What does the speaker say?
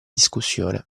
discussione